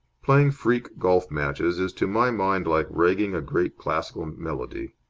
playing freak golf-matches is to my mind like ragging a great classical melody.